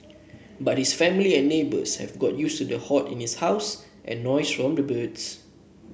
but his family and neighbours have got used to the hoard in his house and noise from the birds